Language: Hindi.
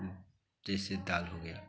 जैसे दाल हो गया